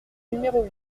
numéro